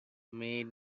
made